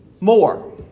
more